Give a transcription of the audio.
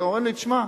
אומרים לי, תשמע,